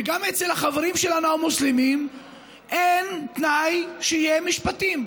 וגם אצל החברים שלנו המוסלמים אין תנאי שיהיה תואר במשפטים.